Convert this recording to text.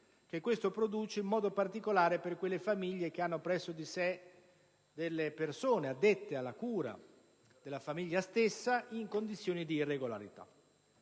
che questo produce, in modo particolare per quelle famiglie che hanno presso di sé delle persone addette alla cura della famiglia stessa in condizioni di irregolarità.